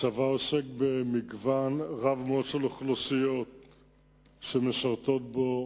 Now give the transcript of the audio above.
הצבא עוסק במגוון רב מאוד של אוכלוסיות שמשרתות בו,